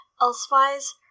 Elsewise